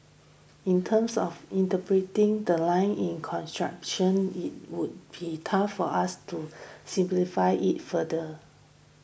in terms of interpreting that line in the Constitution it would be tough for us to simplify it further